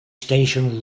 station